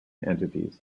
entities